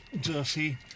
dirty